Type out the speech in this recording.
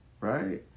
right